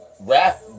rap